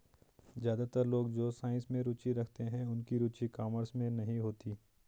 ज्यादातर लोग जो साइंस में रुचि रखते हैं उनकी रुचि कॉमर्स में नहीं होती